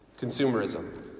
Consumerism